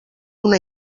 una